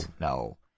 no